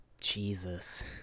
Jesus